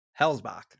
Hellsbach